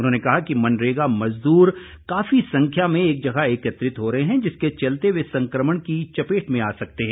उन्होंने कहा कि मनरेगा मजदूर काफी संख्या में एक जगह एकत्रित हो रहे हैं जिसके चलते वे संकमण की चपेट में आ सकते है